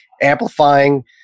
amplifying